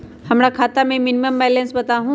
हमरा खाता में मिनिमम बैलेंस बताहु?